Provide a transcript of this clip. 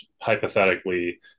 hypothetically